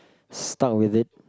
start with it